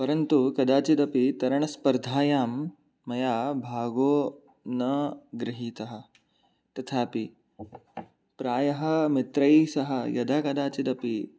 परन्तु कदाचिदपि तरणस्पर्धायां मया भागो न गृहीतः तथापि प्रायः मित्रैः सह यदाकदाचिद् अपि